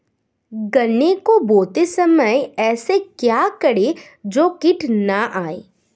गन्ने को बोते समय ऐसा क्या करें जो कीट न आयें?